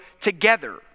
together